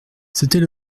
c’était